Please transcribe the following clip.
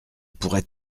pourrait